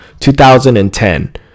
2010